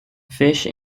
fish